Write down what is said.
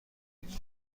بود